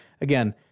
Again